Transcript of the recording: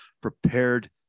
prepared